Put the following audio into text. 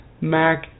Mac